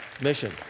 mission